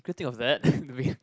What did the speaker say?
couldn't think of that I mean